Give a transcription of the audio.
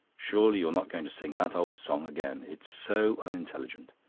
surely you're not going to sing that old song again. it's so unintelligent,